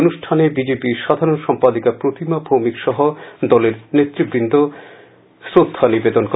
অনুষ্ঠানে B J পির সাধারণ সম্পদিকা প্রতিমা ভৌমিক সহ বি জে পির নেতৃবৃন্দ শ্রদ্বা নিবেদন করেন